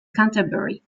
canterbury